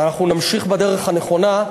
ואנחנו נמשיך בדרך הנכונה,